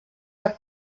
per